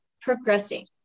progressing